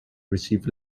received